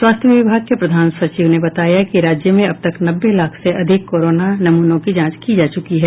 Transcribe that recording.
स्वास्थ्य विभाग के प्रधान सचिव ने बताया कि राज्य में अब तक नब्बे लाख से अधिक कोरोना नमूनों की जांच की जा चुकी है